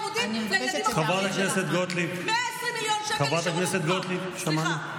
120 מיליון שקל נשארו בקופת המדינה,